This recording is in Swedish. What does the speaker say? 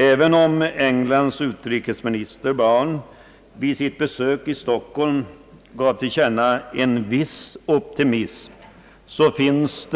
även om Englands ulrikesminister Brown i Stockholm gav till känna en viss optimism, så finns